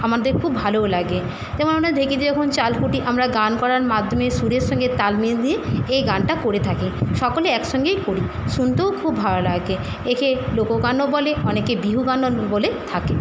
আমাদের খুব ভালোও লাগে যেমন আমরা ঢেঁকিতে যখন চাল কুটি আমরা গান করার মাধ্যমে সুরের সঙ্গে তাল মিলিয়ে এই গানটা করে থাকি সকলে একসঙ্গেই করি শুনতেও খুব ভালো লাগে একে লোকগানও বলে অনেকে বিহু গানও বলে থাকে